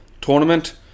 tournament